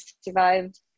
survived